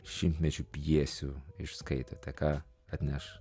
šimtmečių pjesių išskaitėte ką atneš